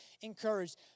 encouraged